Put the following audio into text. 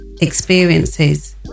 experiences